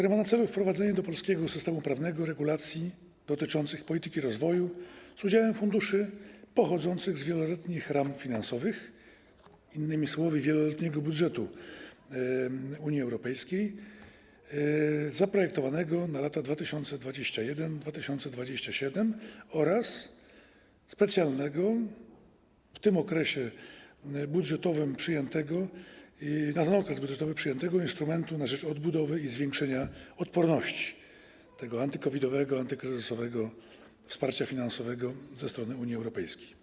Ma on na celu wprowadzenie do polskiego systemu prawnego regulacji dotyczących polityki rozwoju z udziałem funduszy pochodzących z wieloletnich ram finansowych, innymi słowy: wieloletniego budżetu Unii Europejskiej zaprojektowanego na lata 2021-2027, oraz ze specjalnego, przyjętego na ten okres budżetowy instrumentu na rzecz odbudowy i zwiększania odporności, anty-COVID-owego, antykryzysowego wsparcia finansowego ze strony Unii Europejskiej.